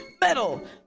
Metal